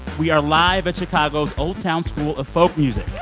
we are live at chicago's old town school of folk music